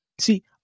See